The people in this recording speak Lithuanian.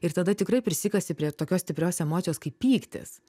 ir tada tikrai prisikasi prie tokios stiprios emocijos kaip pyktis